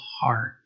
heart